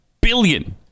billion